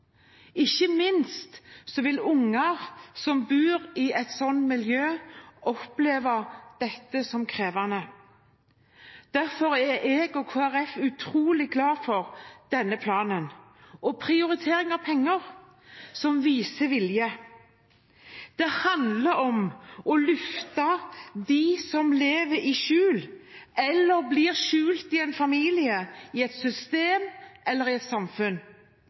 ikke minst vil barn som bor i et sånt miljø, oppleve dette som krevende. Derfor er jeg og Kristelig Folkeparti utrolig glad for denne planen og for prioriteringen av penger, som viser vilje. Det handler om å løfte dem som lever i skjul, eller blir skjult i en familie, i et system eller i et samfunn.